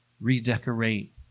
redecorate